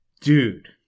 Dude